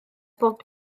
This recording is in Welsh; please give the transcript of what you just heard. pob